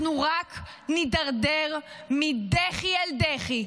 אנחנו רק נידרדר מדחי אל דחי,